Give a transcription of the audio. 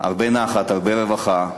הרבה נחת, הרבה רווחה,